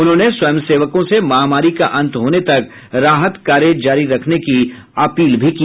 उन्होंने स्वयंसेवकों से महामारी का अंत होने तक राहत कार्य जारी रखने की अपील भी की